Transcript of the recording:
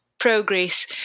progress